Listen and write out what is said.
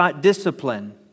discipline